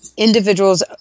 individuals